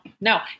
no